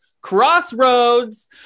Crossroads